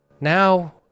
Now